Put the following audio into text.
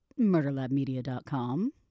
murderlabmedia.com